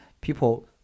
people